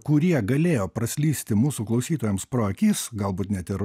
kurie galėjo praslysti mūsų klausytojams pro akis galbūt net ir